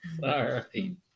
Sorry